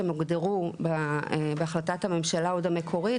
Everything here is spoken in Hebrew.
הן הוגדרו עוד בהחלטת הממשלה המקורית,